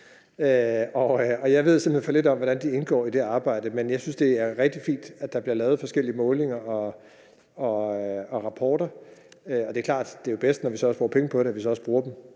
hen for lidt om, hvordan de indgår i det her arbejde, men jeg synes, det er rigtig fint, at der bliver lavet forskellige målinger og rapporter. Det er klart, at det jo er bedst, når vi bruger penge på dem, at vi så også bruger dem,